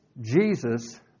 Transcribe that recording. Jesus